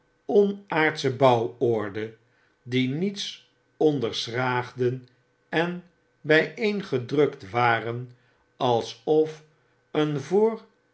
onaardsche bouworde die niets onderschraagden en byeengedrukt waren alsof een voor adamitische